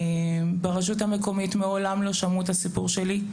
ברשות המקומית מעולם לא שמעו את הסיפור שלי,